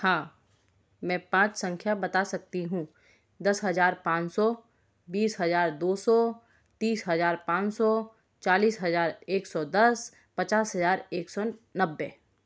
हाँ मैं पाँच संख्या बता सकती हूँ दस हजार पाँच सौ बीस हजार दो सौ तीस हजार पाँच सौ चालीस हजार एक सौ दस पचास हजार एक सौ नब्बे